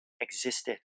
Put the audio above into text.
existed